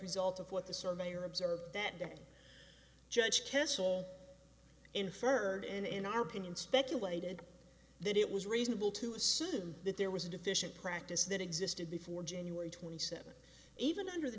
result of what the surveyor observed that day judge kessell inferred and in our opinion speculated that it was reasonable to assume that there was a deficient practice that existed before january twenty seventh even under the